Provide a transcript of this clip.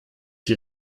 die